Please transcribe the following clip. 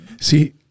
See